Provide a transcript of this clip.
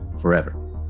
forever